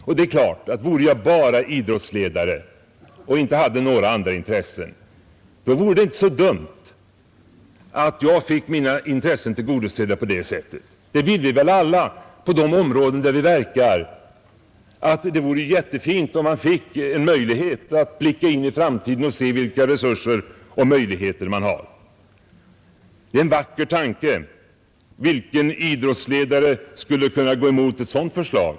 Om jag vore enbart idrottsledare och inte hade några andra intressen vore det inte så dumt att jag fick mina intressen tillgodosedda på det sättet. Det vill vi väl alla på de områden där vi verkar. Det vore jättefint om vi fick en möjlighet att blicka in i framtiden och se vilka resurser och möjligheter vi har. Det är en vacker tanke. Vilken idrottsledare skulle kunna gå emot ett sådant förslag?